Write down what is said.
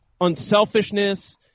unselfishness